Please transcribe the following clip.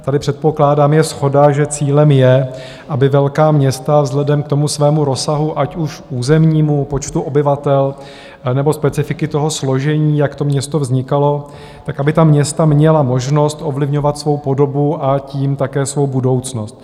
Tady předpokládám je shoda, že cílem je, aby velká města vzhledem k svému rozsahu, ať už územnímu, počtu obyvatel nebo specifiky složení, jak to město vznikalo, tak aby ta města měla možnost ovlivňovat svou podobu a tím také svou budoucnost.